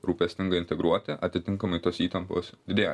rūpestingai integruoti atitinkamai tos įtampos didėja